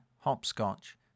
hopscotch